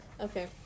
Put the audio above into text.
Okay